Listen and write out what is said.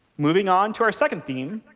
moving on to our second theme,